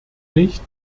nicht